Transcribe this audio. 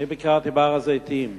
אני ביקרתי בהר-הזיתים,